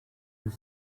deux